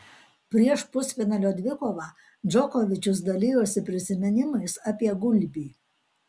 prieš pusfinalio dvikovą džokovičius dalijosi prisiminimais apie gulbį